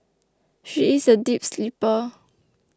she is a deep sleeper